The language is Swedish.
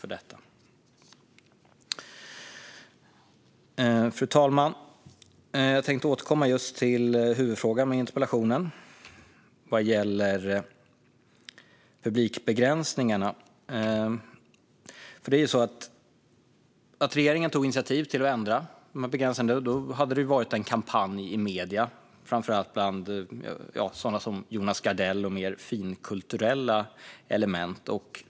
Fru talman! Jag vill återkomma till huvudfrågan i interpellationen: publikbegränsningarna. Regeringen tog initiativ till att ändra begränsningarna efter att det hade varit en kampanj i medierna, framför allt från sådana som Jonas Gardell och mer finkulturella element.